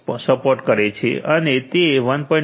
1 ને સપોર્ટ કરે છે અને તે 1